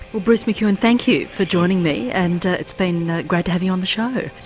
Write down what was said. well bruce mcewen thank you for joining me and it's been great to have you on the show.